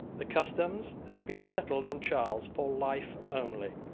the customs had been settled on charles for life only,